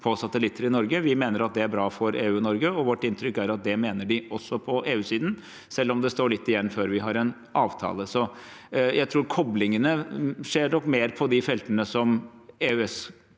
på satellitter i Norge. Vi mener at det er bra for EU og Norge, og vårt inntrykk er at det mener de også på EU-siden, selv om det står litt igjen før vi har en avtale. Jeg tror koblingene skjer mer på de feltene som